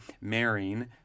marrying